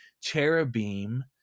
cherubim